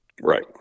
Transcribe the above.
right